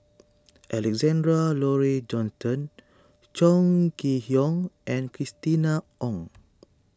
Alexander Laurie Johnston Chong Kee Hiong and Christina Ong